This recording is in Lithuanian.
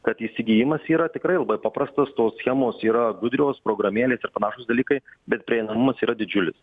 kad įsigijimas yra tikrai labai paprastas tos schemos yra gudrios programėlės ir panašūs dalykai bet prieinamumas yra didžiulis